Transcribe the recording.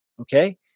Okay